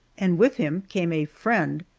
and with him came a friend,